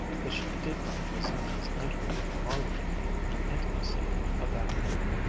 that she did not resent his entering her heart again with the intimacy of that look.